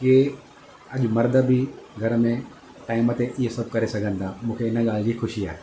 की अॼु मर्द बि घर में टाइम ते ईअं सभु करे सघनि था मूंखे हिन ॻाल्हि जी ख़ुशी आहे